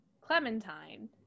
Clementine